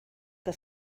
que